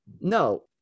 No